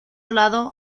lado